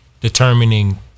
determining